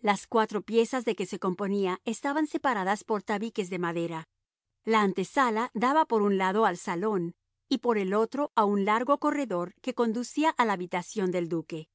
las cuatro piezas de que se componía estaban separadas por tabiques de madera la antesala daba por un lado al salón y por el otro a un largo corredor que conducía a la habitación del duque